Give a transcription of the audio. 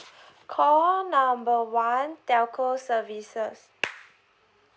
call number one telco services